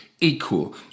equal